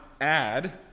add